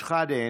שחאדה,